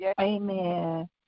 Amen